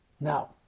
Now